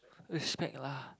respect lah